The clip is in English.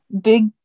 big